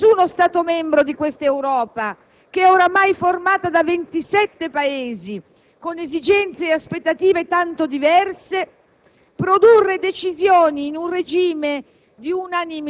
Non sarà facile per la Merkel, come per nessuno Stato membro di questa Europa, che è oramai formata da 27 Paesi con esigenze ed aspettative tanto diverse,